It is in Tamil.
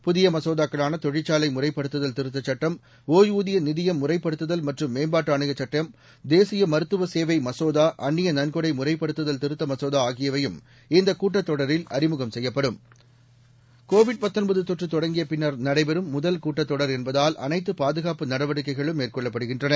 புதியமசோதாக்களானதொழிற்சாலைமுறைப்படுத்துதல் திருத்தசட்டம் ஒய்வூதியநிதியம் முறைப்படுத்துதல் மற்றும் மேம்பாட்டுஆணையச் சட்டம் தேசியமருத்துவசேவைமசோதாஅந்நியநன்கொடைமுறைப்படுத்துதல் திருத்தமசோதாஆகியவையும் இந்தகூட்டத்தொடரில் அறிமுகம் செய்யப்படும் கோவிட் தொற்றுதொடங்கியபின்னர் நடைபெறும் முதல் கூட்டத் தொடர் என்பதால் அனைத்துபாதுகாப்பு நடவடிக்கைகளும் மேந்கொள்ளப்படுகின்றன